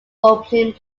opening